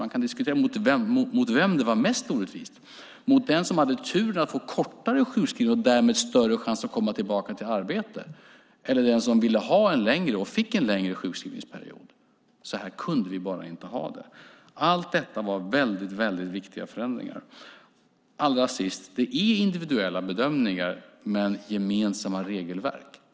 Man kan diskutera mot vem det var mest orättvist, om det var mot den som hade turen att få kortare sjukskrivning och därmed större chans att komma tillbaka till arbete eller mot den som ville ha och fick en längre sjukskrivningsperiod. Så kunde vi bara inte ha det. Alla dessa förändringar var mycket, mycket viktiga. Allra sist: Det är individuella bedömningar men gemensamma regelverk.